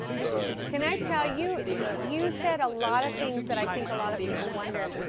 good. can i tell you, you said a lot of things that i think a lot of people wonder.